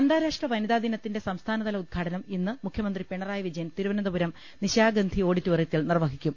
അന്താരാഷ്ട്ര വനിതാ ദിനത്തിന്റെ സംസ്ഥാനതല ഉദ്ഘാടനം ഇന്ന് മുഖ്യമന്ത്രി പിണറായി വിജയൻ തിരുവനന്തപുരം നിശാ ഗന്ധി ഓഡിറ്റോറിയത്തിൽ നിർവഹിക്കും